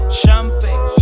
champagne